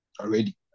already